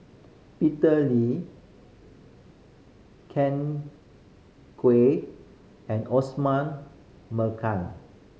Peter Lee Ken Kwek and Osman